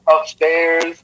upstairs